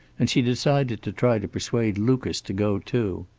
and she decided to try to persuade lucas to go too.